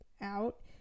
out